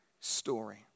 story